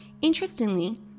Interestingly